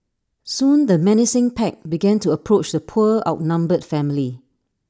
soon the menacing pack began to approach the poor outnumbered family